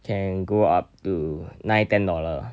can go up to nine ten dollar